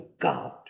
God